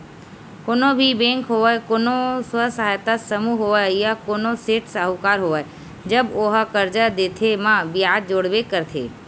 कोनो भी बेंक होवय कोनो स्व सहायता समूह होवय या कोनो सेठ साहूकार होवय जब ओहा करजा देथे म बियाज जोड़बे करथे